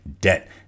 Debt